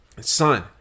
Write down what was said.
Son